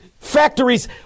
factories